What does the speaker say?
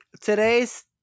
today's